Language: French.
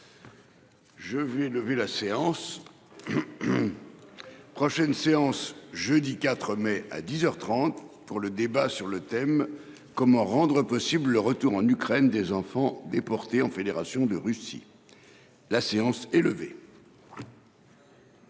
Je vais lever la séance. Prochaine séance jeudi 4 mai à 10h 30 pour le débat sur le thème comment rendre possible le retour en Ukraine des enfants déportés en Fédération de Russie. La séance est levée.